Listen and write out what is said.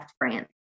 France